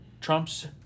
Trump's